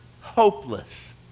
hopeless